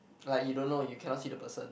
like you don't know you cannot see the person